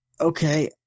Okay